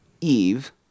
Eve